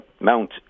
Mount